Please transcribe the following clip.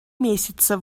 месяца